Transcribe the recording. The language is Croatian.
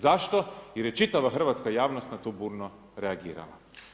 Zašto? jer je čitava hrvatska javnost na to burno reagirala.